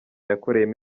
yakoreyemo